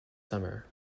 summer